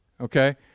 Okay